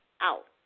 out